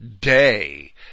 day